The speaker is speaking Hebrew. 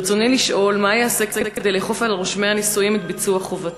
ברצוני לשאול: מה ייעשה כדי לאכוף על רושמי הנישואים את ביצוע חובתם?